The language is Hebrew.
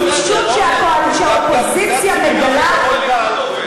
פרלמנטרים טובים,